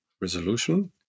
resolution